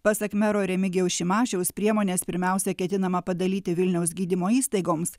pasak mero remigijaus šimašiaus priemonės pirmiausia ketinama padalyti vilniaus gydymo įstaigoms